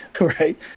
Right